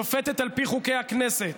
ששופטת על פי חוקי הכנסת,